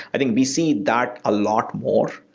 i think we see that a lot more,